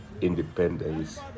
independence